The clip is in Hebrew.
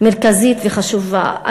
מרכזית וחשובה,